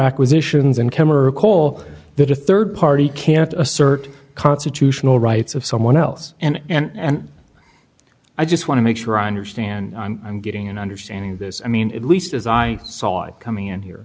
acquisitions in kemmerer call that a rd party can't assert constitutional rights of someone else and i just want to make sure i understand i'm i'm getting an understanding of this i mean at least as i saw it coming in here